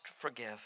forgive